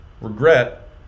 regret